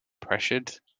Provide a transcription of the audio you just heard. pressured